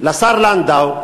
לשר לנדאו,